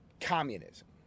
communism